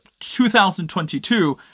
2022